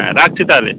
হ্যাঁ রাখছি তাহলে